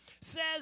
says